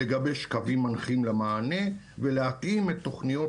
לגבש קווים מנחים למענה ולהתאים את תוכניות